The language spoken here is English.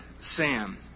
Sam